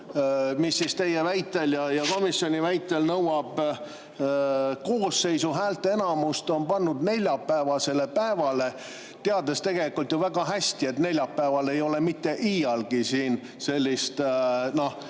mis teie väitel ja komisjoni väitel nõuab koosseisu häälteenamust, pannud neljapäevasele päevale, teades tegelikult väga hästi, et neljapäeval ei ole mitte iialgi siin sellist arvu